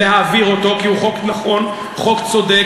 להעביר אותו כי הוא חוק נכון, חוק צודק.